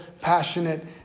passionate